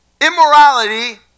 immorality